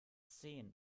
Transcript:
zehn